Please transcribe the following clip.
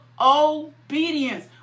obedience